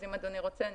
ואם אדוני רוצה,